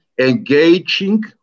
engaging